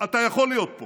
אתה יכול להיות פה